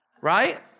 Right